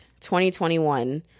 2021